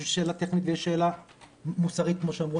יש שאלה טכנית ויש שאלה מוסרית כמו שאמרו.